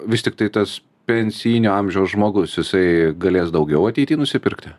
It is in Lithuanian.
vis tiktai tas pensijinio amžiaus žmogus jisai galės daugiau ateity nusipirkti